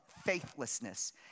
faithlessness